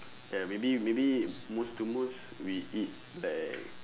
ya maybe maybe most to most we eat like